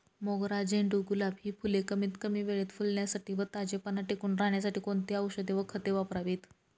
मोगरा, झेंडू, गुलाब हि फूले कमीत कमी वेळेत फुलण्यासाठी व ताजेपणा टिकून राहण्यासाठी कोणती औषधे व खते वापरावीत?